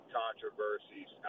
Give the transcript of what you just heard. controversies